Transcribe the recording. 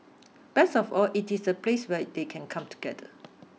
best of all it is a place where they can come together